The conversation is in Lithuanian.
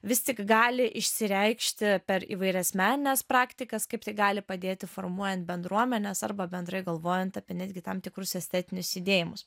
vis tik gali išsireikšti per įvairias menines praktikas kaip tai gali padėti formuojant bendruomenes arba bendrai galvojant apie netgi tam tikrus estetinius judėjimus